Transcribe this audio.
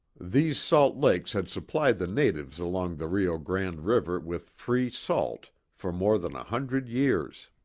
these salt lakes had supplied the natives along the rio grande river with free salt for more than a hundred years.